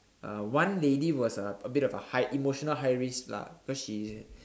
uh one lady was uh a bit of a high emotional high risk lah because she